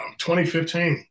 2015